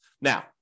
Now